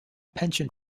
pension